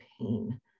pain